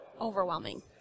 overwhelming